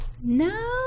No